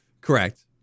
Correct